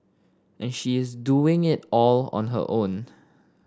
and she is doing it all on her own